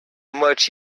much